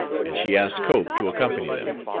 and she asked cope to accompany them.